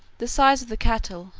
the size of the cattle,